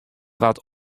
wat